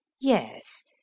yes